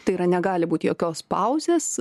tai yra negali būt jokios pauzės